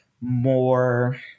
more